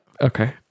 okay